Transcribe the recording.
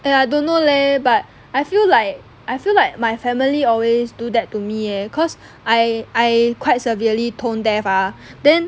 err I don't know leh but I feel like I feel like my family always do that to me eh cause I I quite severely tone deaf ah then